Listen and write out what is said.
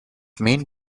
main